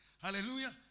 Hallelujah